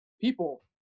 people